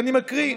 ואני מקריא: